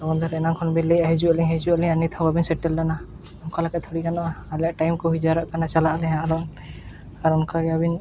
phone ᱠᱟᱛᱮᱫ ᱮᱱᱟᱝ ᱠᱷᱚᱱ ᱵᱤᱱ ᱞᱟᱹᱭᱮᱫᱼᱟ ᱦᱤᱡᱩᱜ ᱟᱹᱞᱤᱧ ᱦᱤᱡᱩᱜ ᱟᱹᱞᱤᱧ ᱟᱨ ᱱᱤᱛᱦᱚᱸ ᱵᱟᱹᱵᱤᱱ ᱥᱮᱴᱮᱨ ᱞᱮᱱᱟ ᱚᱱᱠᱟ ᱞᱮᱠᱟᱛᱮ ᱞᱟᱹᱭ ᱜᱟᱱᱚᱜᱼᱟ ᱟᱞᱮᱭᱟᱜ ᱴᱟᱹᱭᱤᱢ ᱠᱚ ᱦᱩᱭ ᱡᱟᱣᱨᱟᱜ ᱠᱟᱱᱟ ᱪᱟᱞᱟᱜ ᱟᱞᱮ ᱦᱟᱸᱜ ᱟᱨ ᱚᱱᱠᱟ ᱜᱮ ᱟᱹᱵᱤᱱ